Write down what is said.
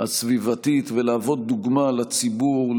הסביבתית ולהוות דוגמה לציבור,